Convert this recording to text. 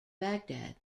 baghdad